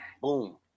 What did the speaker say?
boom